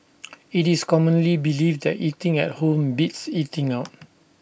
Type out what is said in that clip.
IT is commonly believed that eating at home beats eating out